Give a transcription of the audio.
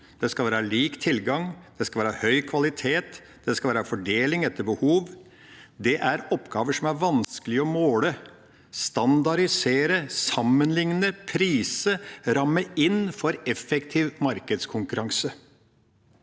Det skal være lik tilgang. Det skal være høy kvalitet. Det skal være fordeling etter behov. Det er oppgaver som er vanskelig å måle, standardisere, sammenlikne, prise og ramme inn for effektiv markedskonkurranse.